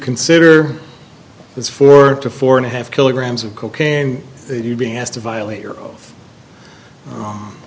consider this four to four and a half kilograms of cocaine you being asked to violate your o